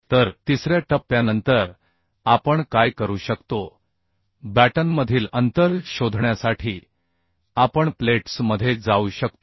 तर तिसऱ्या टप्प्यानंतर आपण काय करू शकतो बॅटनमधील अंतर शोधण्यासाठी आपण प्लेट्स मध्ये जाऊ शकतो